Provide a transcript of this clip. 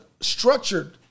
structured